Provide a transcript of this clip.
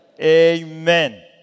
Amen